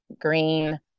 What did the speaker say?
green